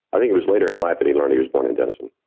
i think it was later in life that he learned he was born in denison.